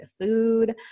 food